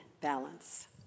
balance